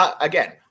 again